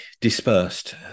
dispersed